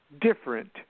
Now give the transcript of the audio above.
different